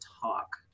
talk